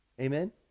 Amen